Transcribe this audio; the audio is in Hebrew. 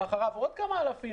ואחריו עוד כמה אלפים.